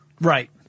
Right